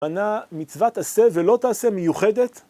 בנה מצוות עשה ולא תעשה מיוחדת?